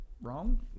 wrong